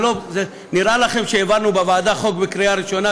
נראה לכם שהעברנו בוועדה חוק בקריאה ראשונה,